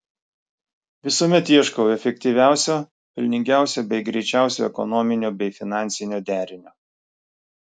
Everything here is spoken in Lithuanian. visuomet ieškau efektyviausio pelningiausio bei greičiausio ekonominio bei finansinio derinio